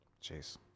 Chase